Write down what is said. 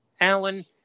Alan